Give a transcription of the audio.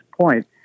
point